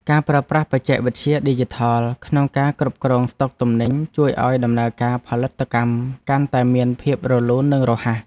ការប្រើប្រាស់បច្ចេកវិទ្យាឌីជីថលក្នុងការគ្រប់គ្រងស្ដុកទំនិញជួយឱ្យដំណើរការផលិតកម្មកាន់តែមានភាពរលូននិងរហ័ស។